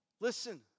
Listen